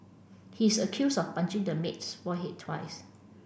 he is accused of punching the maid's forehead twice